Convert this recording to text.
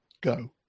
go